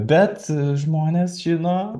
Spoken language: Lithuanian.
bet žmonės žino